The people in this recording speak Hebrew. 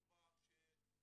עכשיו החמישית מתחילה.